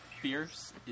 fierce